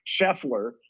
Sheffler